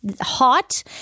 hot